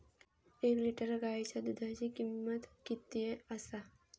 एक लिटर गायीच्या दुधाची किमंत किती आसा?